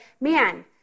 man